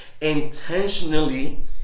Intentionally